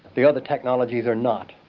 the other technologies are not.